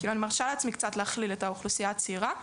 אני מרשה לעצמי קצת להכליל את האוכלוסייה הצעירה,